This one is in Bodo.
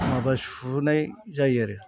माबा सुनाय जायो आरो